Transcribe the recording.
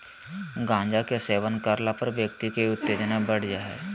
गांजा के सेवन करला पर व्यक्ति के उत्तेजना बढ़ जा हइ